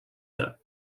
her